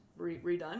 Redone